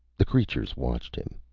the creatures watched him.